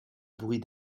bruit